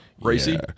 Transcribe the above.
racy